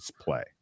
play